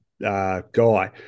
guy